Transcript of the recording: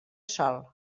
sol